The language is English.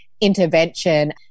intervention